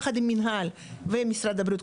יחד עם מנהל ומשרד הבריאות,